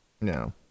no